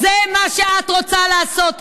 זה מה שאת רוצה לעשות.